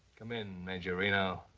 come in, major reno.